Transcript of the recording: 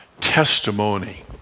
testimony